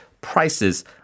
prices